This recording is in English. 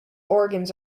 organs